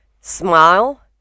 smile